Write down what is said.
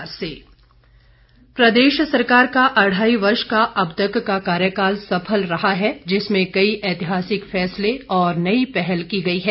मुख्यमंत्री प्रदेश सरकार का अढ़ाई वर्ष का अब तक का कार्यकाल सफल रहा है जिसमें कई ऐतिहासिक फैसले और नई पहल की गई है